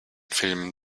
filmen